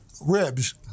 ribs